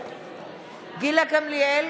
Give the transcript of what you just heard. גילה גמליאל,